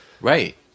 Right